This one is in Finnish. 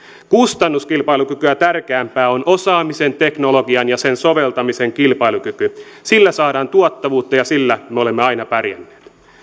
kustannuskilpailukykyä tärkeämpää on osaamisen teknologian ja sen soveltamisen kilpailukyky sillä saadaan tuottavuutta ja sillä me olemme aina pärjänneet